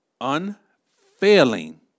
unfailing